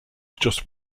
just